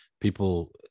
people